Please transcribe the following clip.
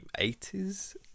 80s